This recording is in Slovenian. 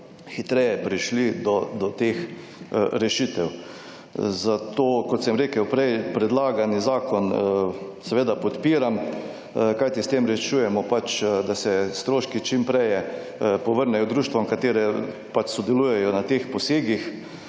hitreje prišli do teh rešitev. Zato, kot sem rekel prej, predlagani zakon seveda podpiram, kajti s tem rešujemo pač, da se stroški čim preje povrnejo društvom, katere pač sodelujejo na teh posegih.